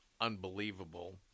unbelievable